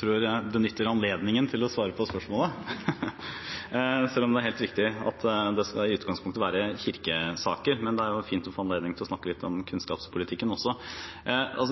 tror jeg benytter anledningen til å svare på spørsmålet selv om det er helt riktig at det i utgangspunktet skal være kirkesaker, men det er jo fint å få anledning til å snakke litt om kunnskapspolitikken også.